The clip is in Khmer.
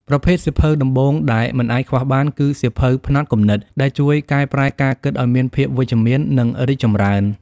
ប្រភេទសៀវភៅដំបូងដែលមិនអាចខ្វះបានគឺ សៀវភៅផ្នត់គំនិត ដែលជួយកែប្រែការគិតឱ្យមានភាពវិជ្ជមាន និងរីកចម្រើន។